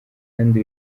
kandi